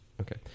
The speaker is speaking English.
Okay